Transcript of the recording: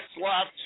left